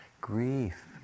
Grief